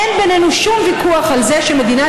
אין בינינו שום ויכוח על זה שמדינת